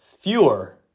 fewer